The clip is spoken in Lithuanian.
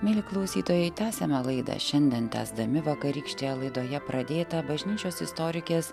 mieli klausytojai tęsiame laidą šiandien tęsdami vakarykštėje laidoje pradėtą bažnyčios istorikės